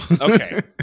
Okay